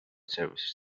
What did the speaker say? services